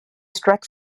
strike